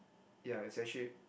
ya its actually